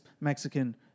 Mexican